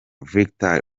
victor